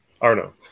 Arno